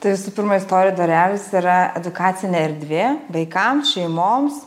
tai visų pirma istorijų dvarelis yra edukacinė erdvė vaikams šeimoms